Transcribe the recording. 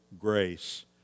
grace